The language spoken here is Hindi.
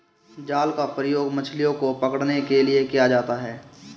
जाल का प्रयोग मछलियो को पकड़ने के लिये किया जाता है